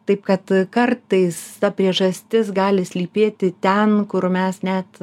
taip kad kartais ta priežastis gali slypėti ten kur mes net